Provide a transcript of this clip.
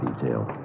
detail